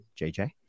JJ